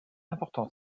important